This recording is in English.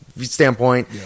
standpoint